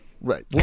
right